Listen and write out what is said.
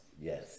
Yes